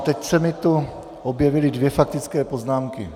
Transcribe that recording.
Teď se mi tu objevily dvě faktické poznámky.